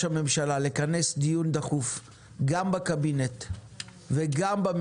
הממשלה לכנס דיון דחוף בקבינט ובממשלה